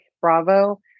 Bravo